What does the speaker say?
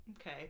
okay